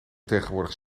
tegenwoordig